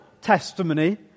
testimony